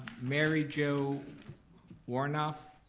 mary joe weurnoff.